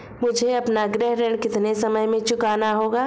मुझे अपना गृह ऋण कितने समय में चुकाना होगा?